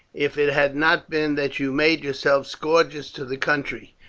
if it had not been that you made yourselves scourges to the country,